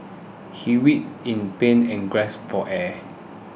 he writhed in pain and gasped for air